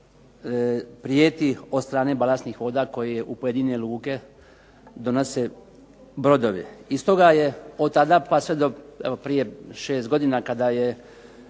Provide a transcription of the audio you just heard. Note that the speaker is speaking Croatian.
prijeti od strane balastnih voda koje u pojedine luke donose brodovi. I stoga je od tada pa sve do evo prije 6 godina kada je